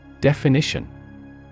Definition